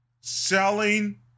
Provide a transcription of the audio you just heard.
selling